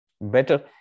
Better